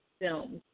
films